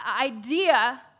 idea